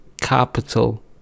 capital